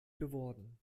geworden